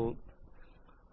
तो